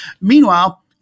Meanwhile